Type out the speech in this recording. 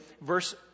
Verse